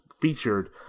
featured